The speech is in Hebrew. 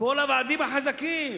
כל הוועדים החזקים.